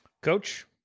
coach